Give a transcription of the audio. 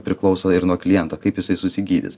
priklauso ir nuo kliento kaip jisai susigydys